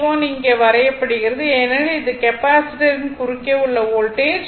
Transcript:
V3 இங்கே வரையப்படுகிறது ஏனெனில் இது கெப்பாசிட்டரின் குறுக்கே உள்ள வோல்டேஜ்